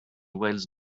wales